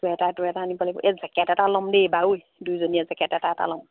sweater sweater আনিব লাগিব এই জেকট এটা লম দেই দুইজনীয়ে জেকেট এটা এটা ল'ম